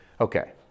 Okay